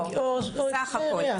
לא, בסך הכל.